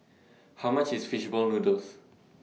How much IS Fish Ball Noodles